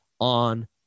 on